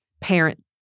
parent